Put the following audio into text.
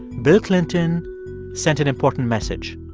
bill clinton sent an important message